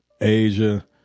Asia